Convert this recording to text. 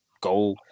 go